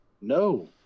No